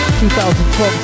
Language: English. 2012